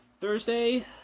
Thursday